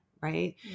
Right